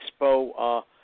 Expo